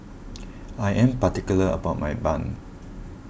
I am particular about my Bun